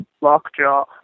lockjaw